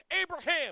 Abraham